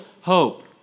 hope